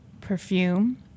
perfume